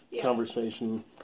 Conversation